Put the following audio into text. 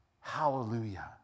Hallelujah